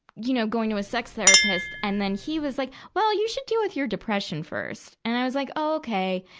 you know, going to a sex therapist. and then, he was like, well, you should deal with your depression first. and i was like, okay.